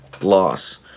loss